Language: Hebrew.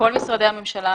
כל משרדי הממשלה,